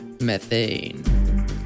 Methane